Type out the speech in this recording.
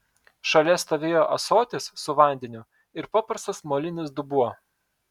šalia stovėjo ąsotis su vandeniu ir paprastas molinis dubuo